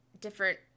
different